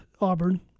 Auburn